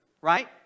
Right